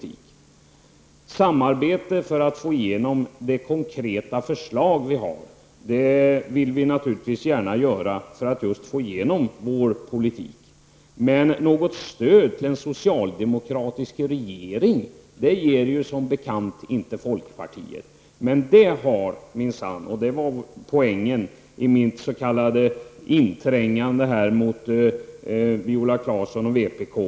Vi vill naturligtvis gärna ha ett samarbete för att få igenom de konkreta förslag som finns och för att få igenom vår politik. Men något stöd till en socialdemokratisk regering ger, som bekant, inte folkpartiet. Det var poängen med mitt s.k. intrång mot Viola Claesson och vpk.